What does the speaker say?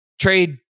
trade